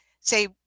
Say